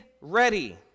ready